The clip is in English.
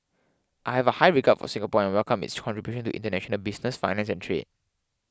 I have a high regard for Singapore and welcome its contribution to international business finance and trade